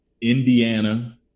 Indiana